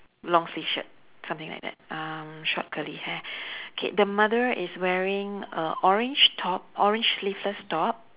long sleeve shirt something like that um short curly hair K the mother is wearing a orange top orange sleeveless top